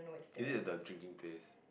is it the drinking place